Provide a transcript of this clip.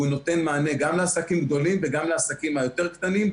הוא נותן מענה גם לעסקים גדולים גם לעסקים היותר קטנים,